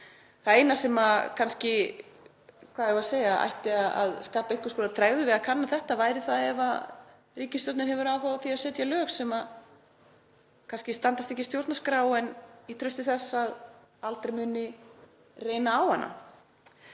Það eina sem segja mætti að skapi einhvers konar tregðu við að kanna þetta væri það ef ríkisstjórnin hefði áhuga á því að setja lög sem ekki standast stjórnarskrá, í trausti þess að aldrei muni reyna á hana.